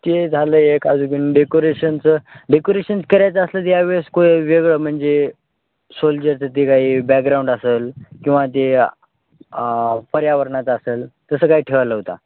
ते झालं एक अजून बी न डेकोरेशनचं डेकोरेशन करायचं असेल तर यावेळेस को वेगळं म्हणजे सोल्जरचं ते काही बॅकग्राऊंड असेल किंवा ते पर्यावरणाचं असेल तसं काही ठेवायला होता